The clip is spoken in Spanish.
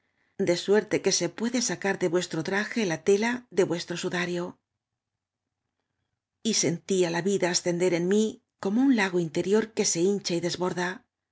de suerte que se puede sacar de vuestro traje la tela de vuestro sudario y sentía la vida ascender en m í como un lago interior que se hincha y desborda